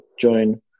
join